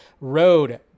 Road